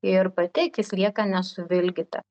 ir pati akis lieka nesuvilgyta